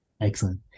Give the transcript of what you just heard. Excellent